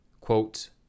quote